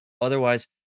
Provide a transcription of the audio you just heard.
Otherwise